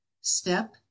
Step